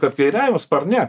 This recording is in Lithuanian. kad kairiajam sparne